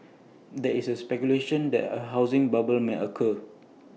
there is speculation that A housing bubble may occur